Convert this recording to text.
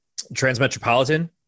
transmetropolitan